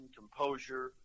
composure